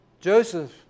Joseph